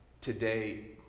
today